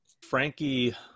Frankie